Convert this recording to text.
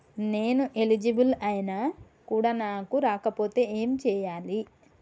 నేను ఎలిజిబుల్ ఐనా కూడా నాకు రాకపోతే ఏం చేయాలి?